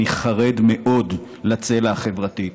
אני חרד מאוד לצלע החברתית.